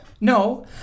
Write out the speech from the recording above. no